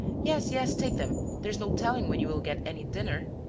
yes, yes, take them there's no telling when you will get any dinner.